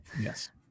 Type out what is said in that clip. Yes